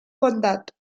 bondat